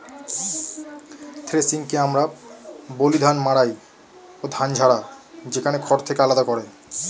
থ্রেশিংকে আমরা বলি ধান মাড়াই ও ধান ঝাড়া, যেখানে খড় থেকে আলাদা করে